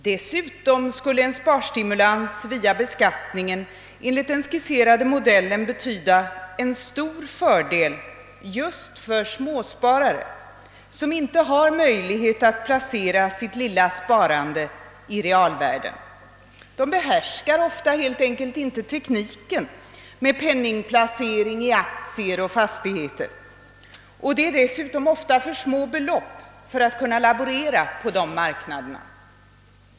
Dessutom skulle en sparstimulans via beskattningen enligt den skisserade modellen innebära en stor fördel just för småsparare, som inte har möjlighet att placera sitt lilla sparande i realvärden. De behärskar ofta helt enkelt inte tekniken med penningplacering i aktier och fastigheter, och det gäller dessutom ofta för små belopp för att man skall kunna laborera med dem på dessa marknader.